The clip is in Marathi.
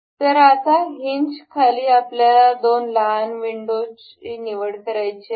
तर आता हिनज खाली आपल्याला दोन लहान विंडोजची निवड करायची आहे